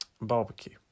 barbecue